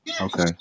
Okay